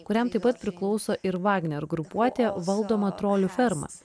kuriam taip pat priklauso ir vagner grupuotė valdoma trolių ferma